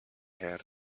her